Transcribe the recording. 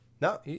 No